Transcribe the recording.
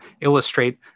illustrate